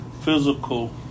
physical